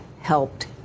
helped